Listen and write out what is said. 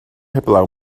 heblaw